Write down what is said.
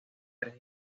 tres